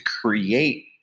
create